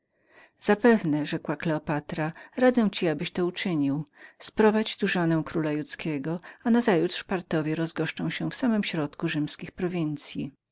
zapewne rzekła kleopatra radzę ci abyś to uczynił sprowadź tu żonę króla judzkiego a nazajutrz partowie rozgoszczą się w samym środku rzymskich prowincyi